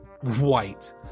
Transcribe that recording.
White